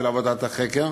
של עבודת החקר,